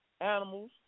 animals